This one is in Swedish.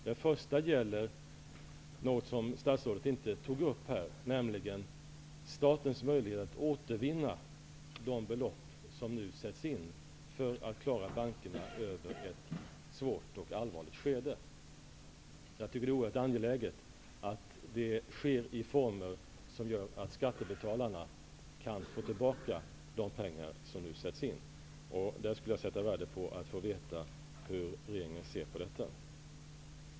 Den första gäller någonting som statsrådet inte tog upp här, nämligen statens möjlighet att återvinna de belopp som nu sätts in för att klara bankerna över ett svårt och allvarligt skede. Det är oerhört angeläget att det sker i sådana former att skattebetalarna kan få tillbaka de pengar som nu sätts in. Jag skulle sätta värde på att få veta hur regeringen ser på detta.